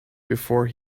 before